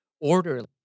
orderly